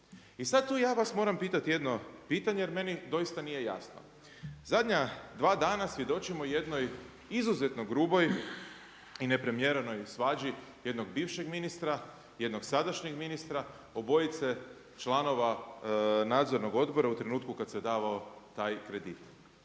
I sad ja tu vas moram pitati jedno pitanje, jer meni doista nije jasno. Zadnja dva dana svjedočimo jednoj izuzetnoj gruboj i neprimjerenoj svađi jednog bivšeg ministra, jednog sadašnjeg ministra, obojice članova nadzornog odbora u trenutku kada se davao taj kredit.